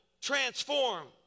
transform